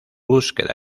búsqueda